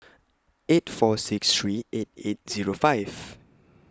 eight four six three eight eight Zero five